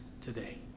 today